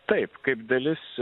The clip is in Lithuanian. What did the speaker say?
taip kaip dalis